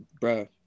Bro